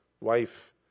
wife